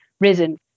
risen